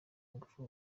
ngufu